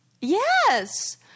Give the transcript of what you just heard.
Yes